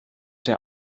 der